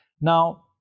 Now